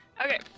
Okay